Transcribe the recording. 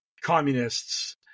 communists